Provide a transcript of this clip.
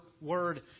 Word